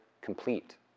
complete